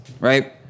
right